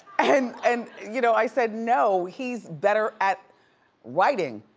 and and, you know, i said, no, he's better at writing,